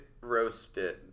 roasted